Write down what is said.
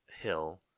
hill